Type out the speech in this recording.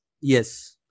Yes